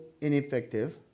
ineffective